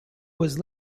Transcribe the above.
was